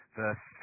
verse